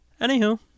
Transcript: Anywho